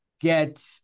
get